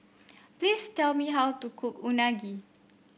please tell me how to cook Unagi